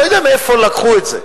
אני לא יודע מאיפה לקחו את זה,